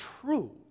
true